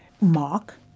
mock